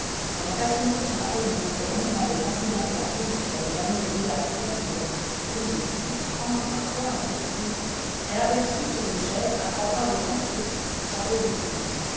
pendant qu'à son tour son mari lui contait longuement les incidents de la poule qu'il avait gagnée au billard du casino une poule de dix-neuf francs ma foi ajoutait-il elle aperçut sur une chaise à trois pas devant eux le chapeau de julien